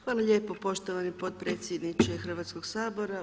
Hvala lijepo poštovani potpredsjedniče Hrvatskog sabora.